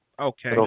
Okay